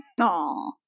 Aww